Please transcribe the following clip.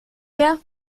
mehr